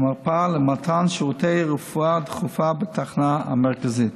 המרפאה למתן שרותי רפואה דחופה בתחנה המרכזית.